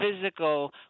physical